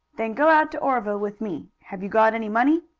then go out to oreville with me. have you got any money?